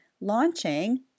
launching